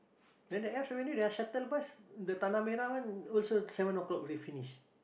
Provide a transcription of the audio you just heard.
then there are shuttle bus the tanah-merah one also seven o-clock ready finish